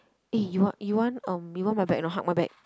eh you want you want um you want my bag or not hug my bag